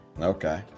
okay